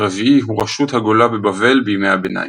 הרביעי הוא ראשות הגולה בבבל בימי הביניים.